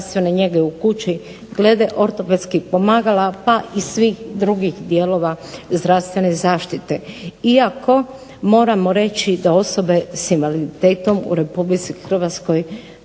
njege u kući, glede ortopedskih pomagala pa i svih drugih dijelova zdravstvene zaštite, iako moramo reći da osobe s invaliditetom u Republici Hrvatskoj